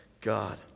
God